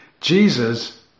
Jesus